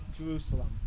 Jerusalem